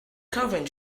covering